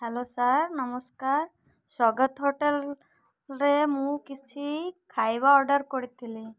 hello sir ନମସ୍କାର ସଗତ ହୋଟେଲ୍ରେ ମୁଁ କିଛି ଖାଇବା ଅର୍ଡ଼ର୍ କରିଥିଲି